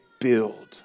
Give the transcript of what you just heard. build